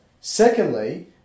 Secondly